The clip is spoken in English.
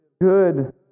good